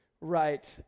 right